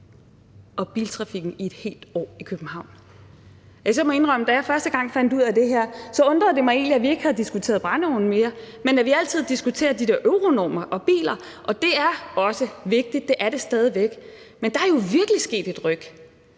og biltrafikken i et helt år i København! Altså, jeg må indrømme, at da jeg første gang fandt ud af det her, undrede det mig egentlig, at vi ikke har diskuteret brændeovne mere, men at vi altid diskuterer de der Euronormer og biler. Og det er også vigtigt – det er det stadig væk – men der er jo virkelig sket et ryk,